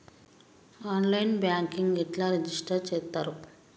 On line banking ఎట్లా register చేత్తరు?